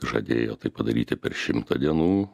žadėjo tai padaryti per šimtą dienų